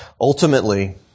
Ultimately